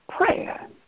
prayer